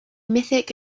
mythic